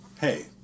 Hey